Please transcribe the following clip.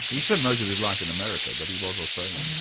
he spent most of his life in america, but he was australian. oh,